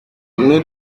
nous